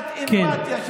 טיפת אמפתיה.